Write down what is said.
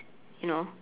you know